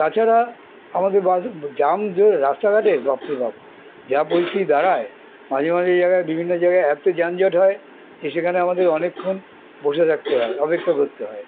তাছাড়া আমাদের bus jam রাস্তাঘাটে প্রি বা যা পরিস্থিতি দাঁড়ায় মাঝে মাঝে জায়গায় বিভিন্ন জায়গায় এতো যানজ হয় যে সেখানে আমাদের অনেকক্ষণ বসে থাকতে হয় অপেক্ষা করতে হয়